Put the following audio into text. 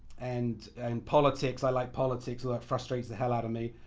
and and politics, i like politics although it frustrates the hell outta me.